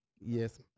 yes